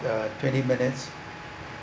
the twenty minutes